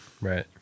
Right